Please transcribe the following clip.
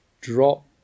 drop